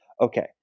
Okay